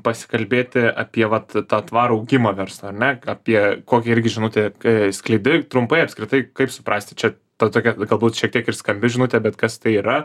pasikalbėti apie vat tą tvarų augimą verslo ar ne apie kokią irgi žinutę k skleidi trumpai apskritai kaip suprasti čia ta tokia galbūt šiek tiek ir skambi žinutė bet kas tai yra